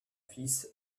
fils